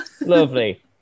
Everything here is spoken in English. Lovely